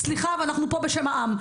סליחה, אנחנו פה בשם העם.